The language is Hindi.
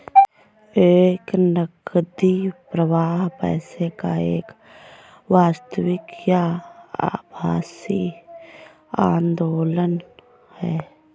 एक नकदी प्रवाह पैसे का एक वास्तविक या आभासी आंदोलन है